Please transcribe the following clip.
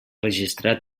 registrar